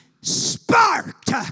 sparked